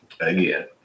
again